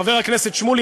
חבר הכנסת שמולי,